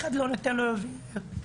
סגלוביץ',